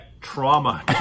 trauma